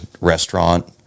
restaurant